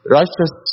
righteous